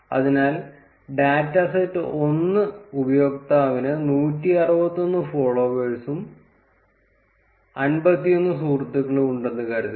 അതിനാൽ data set 1 ഉപയോക്താവിന് 161 ഫോളോവേഴ്സും 51 സുഹൃത്തുക്കളും ഉണ്ടെന്ന് കരുതുക